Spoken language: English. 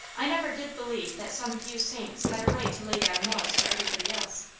i never did believe that some few saints had a right to lay down laws for everybody else.